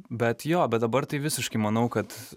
bet jo bet dabar tai visiškai manau kad